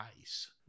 ice